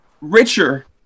richer